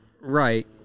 Right